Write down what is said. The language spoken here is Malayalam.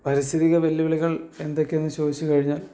പാരിസ്ഥിതിക വെല്ലുവിളികൾ എന്തൊക്കെയെന്ന് ചോദിച്ചുകഴിഞ്ഞാൽ